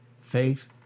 Faith